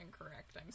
incorrect